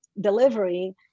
delivery